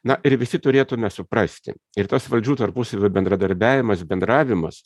na ir visi turėtume suprasti ir tas valdžių tarpusavio bendradarbiavimas bendravimas